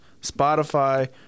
Spotify